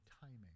timing